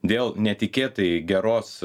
dėl netikėtai geros